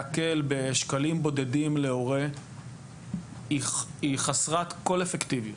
להקל בשקלים בודדים להורה היא חסרת כל אפקטיביות.